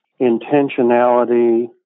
intentionality